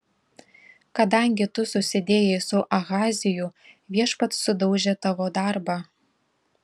kadangi tu susidėjai su ahaziju viešpats sudaužė tavo darbą